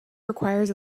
requires